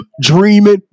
dreaming